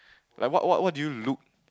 like what what what do you look